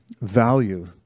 value